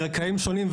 מרקעים שונים,